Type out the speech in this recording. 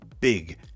big